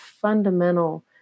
fundamental